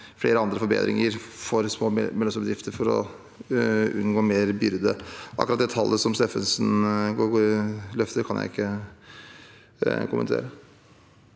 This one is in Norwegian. flere andre forbedringer for små og mellomstore bedrifter for å unngå større byrde. Akkurat det tallet Steffensen løfter, kan jeg ikke kommentere.